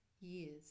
years